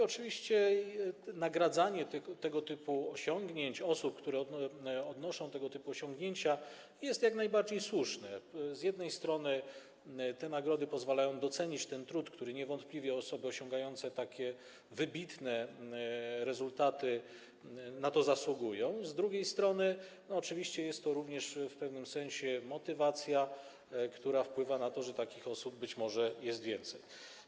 Oczywiście nagradzanie tego typu osiągnięć, osób, które odnoszą tego typu osiągnięcia, jest jak najbardziej słuszne - z jednej strony te nagrody pozwalają docenić trud i niewątpliwie osoby osiągające takie wybitne rezultaty na to zasługują, z drugiej strony jest to również w pewnym sensie motywacja, która wpływa na to, że takich osób może być więcej.